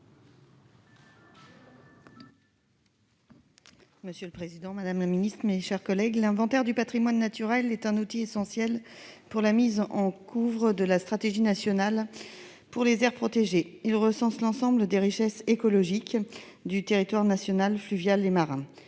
ainsi libellé : La parole est à Mme Nadège Havet. L'inventaire du patrimoine naturel est un outil essentiel pour la mise en oeuvre de la stratégie nationale pour les aires protégées. Il recense l'ensemble des richesses écologiques du territoire national fluvial et marin.